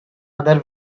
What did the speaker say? other